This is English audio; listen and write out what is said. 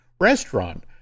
restaurant